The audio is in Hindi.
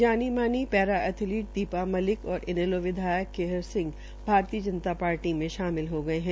जानीमानी पैरा ऐथेलीट दीपा मलिक और इनैलो विधायक केहर सिह भारतीय जनता पार्टी में शामिल हो गये है